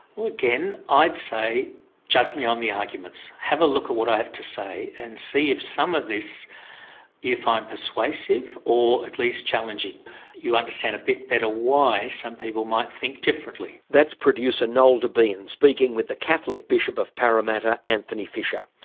well again i'd say judge me on the arguments. have a look at what i have to say and see if some of this you find persuasive or at least challenging you understand a bit better why some people might think differently. that's producer noel debien speaking with the catholic bishop of parramatta anthony fisher.